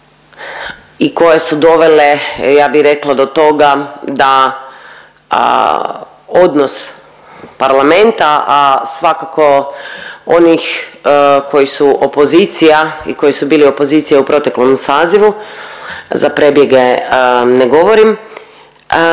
i koje su dovele ja bih rekla do toga da odnos Parlamenta, a svakako onih koji su opozicija i koji su bili opozicija u proteklom sazivu za prebjege ne govorim